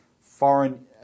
foreign